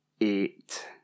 eight